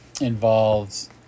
involves